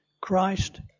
Christ